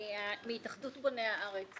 מהתאחדות בוני הארץ.